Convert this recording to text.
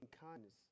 kindness